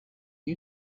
you